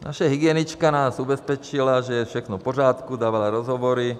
Naše hygienička nás ubezpečila, že je všechno v pořádku, dávala rozhovory.